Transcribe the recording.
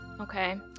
Okay